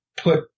put